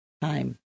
time